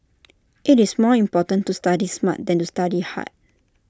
IT is more important to study smart than to study hard